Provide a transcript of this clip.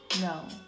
no